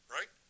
Right